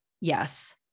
Yes